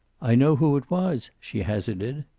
i know who it was, she hazarded.